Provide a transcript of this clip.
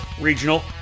regional